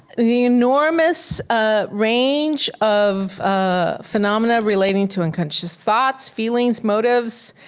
the enormous ah range of ah phenomena relating to unconscious thoughts, feeling, motives,